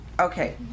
Okay